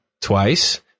twice